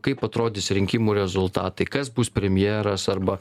kaip atrodys rinkimų rezultatai kas bus premjeras arba